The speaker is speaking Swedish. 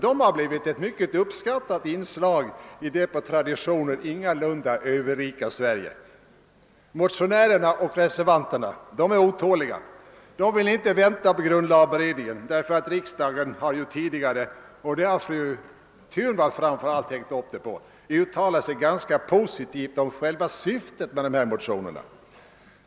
De har blivit ett mycket uppskattat inslag i det på traditioner inte överrika Sverige. Motionärerna och reservanterna är otåliga. De vill inte vänta på grundlagberedningen därför att riksdagen tidigare uttalat sig ganska positivt om själva syftet med motionerna. På detta har framför allt fru Thunvall hängt upp sin argumentering.